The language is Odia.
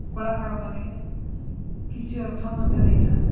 କଳାକାରମାନେ କିଛି ଅର୍ଥ ମଧ୍ୟ ନେଇଥାନ୍ତି